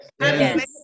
Yes